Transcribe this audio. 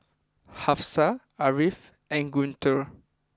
Hafsa Ariff and Guntur